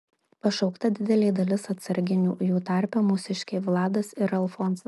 pašaukta didelė dalis atsarginių jų tarpe ir mūsiškiai vladas ir alfonsas